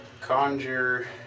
conjure